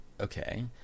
Okay